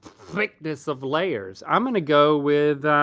thickness of layers. i'm gonna go with